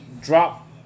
drop